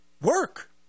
work